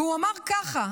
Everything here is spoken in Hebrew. והוא אמר כך,